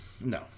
no